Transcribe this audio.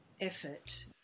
effort